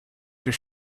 does